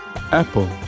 Apple